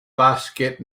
basket